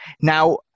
Now